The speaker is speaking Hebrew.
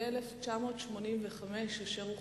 , שהיא